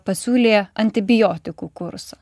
pasiūlė antibiotikų kursą